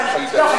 טוב,